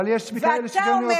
אבל יש כאלה שכן רוצות.